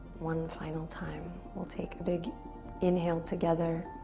one final time, we'll take a big inhale together.